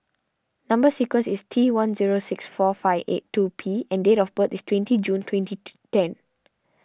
Number Sequence is T one zero six four five eight two P and date of birth is twenty June twenty ten